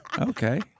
Okay